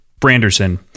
branderson